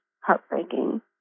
heartbreaking